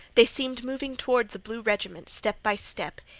they seemed moving toward the blue regiment, step by step.